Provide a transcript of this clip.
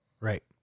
Right